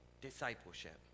discipleship